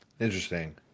Interesting